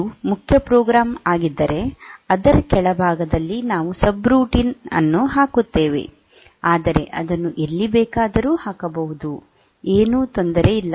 ಇದು ಮುಖ್ಯ ಪ್ರೋಗ್ರಾಮ್ ಆಗಿದ್ದರೆ ಅದರ ಕೆಳಭಾಗದಲ್ಲಿ ನಾವು ಸಬ್ರೂಟೀನ್ ಅನ್ನು ಹಾಕುತ್ತೇವೆ ಆದರೆ ಅದನ್ನು ಎಲ್ಲಿ ಬೇಕಾದರೂ ಹಾಕಬಹುದು ಏನು ತೊಂದರೆ ಇಲ್ಲ